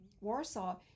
Warsaw